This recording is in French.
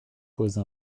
pose